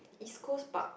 East-Coast-Park